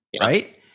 right